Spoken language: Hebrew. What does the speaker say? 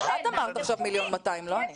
אבל את אמרת עכשיו 1.2 מיליון, לא אני.